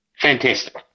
Fantastic